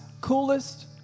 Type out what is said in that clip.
coolest